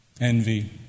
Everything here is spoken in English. envy